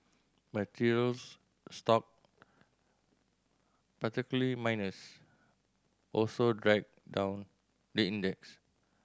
materials stock particularly miners also dragged down the index